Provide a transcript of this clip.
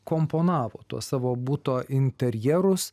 komponavo tuos savo buto interjerus